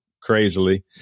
crazily